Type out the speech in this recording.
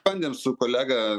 bandėm su kolega